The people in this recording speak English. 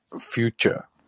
future